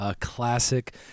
classic